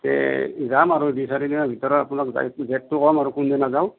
এ যাম আৰু দুই চাৰি দিনৰ ভিতৰত ধৰক আপোনাক ডে'টটো ক'ম আৰু কোন দিনা যাম